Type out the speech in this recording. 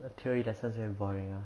the theory lessons very boring ah